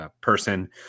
person